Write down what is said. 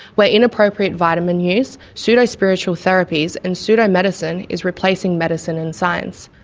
where inappropriate vitamin use, pseudo-spiritual therapies, and pseudo-medicine is replacing medicine and science.